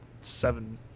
seven